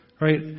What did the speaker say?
Right